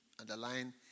underline